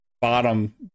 bottom